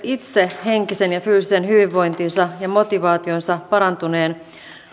itse henkisen ja fyysisen hyvinvointinsa ja motivaationsa parantuneen